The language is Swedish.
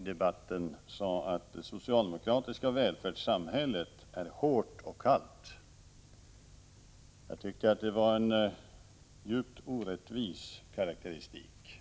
debatten sade att det socialdemokratiska välfärdssamhället är hårt och kallt. Jag tycker att det var en djupt orättvis karakteristik.